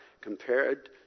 compared